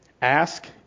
Ask